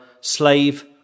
slave